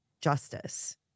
justice